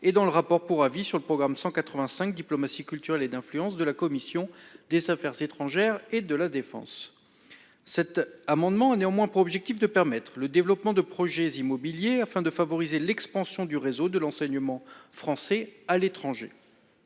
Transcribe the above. et dans le rapport pour avis sur le programme 185 Diplomatie culturelle et d'influence de la commission des affaires étrangères et de la Défense. Cet amendement néanmoins pour objectif de permettre le développement de projets immobiliers afin de favoriser l'expansion du réseau de l'enseignement français à l'étranger.